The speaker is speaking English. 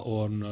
on